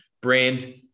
brand